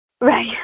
Right